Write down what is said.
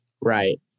Right